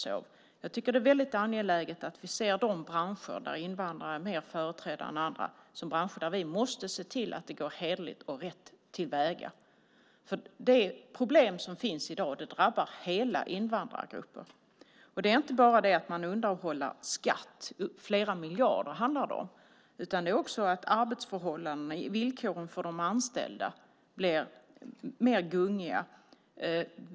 Jag tycker att det är väldigt angeläget att vi ser de branscher där invandrare är mer företrädda än andra som branscher där vi måste se till att det går hederligt och rätt till. De problem som finns i dag drabbar hela invandrargrupper. Det handlar inte bara om att man undanhåller skatt - det handlar om flera miljarder - utan det handlar också om att arbetsförhållandena och villkoren för de anställda blir mer gungiga.